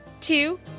two